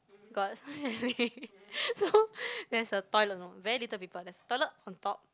got some chalet so there's a toilet no very little people there's toilet on top